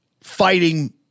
fighting